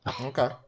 Okay